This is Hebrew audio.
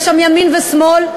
היה שם ימין ושמאל,